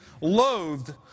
loathed